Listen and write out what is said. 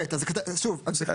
סעיף קטן (ב).